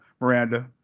Miranda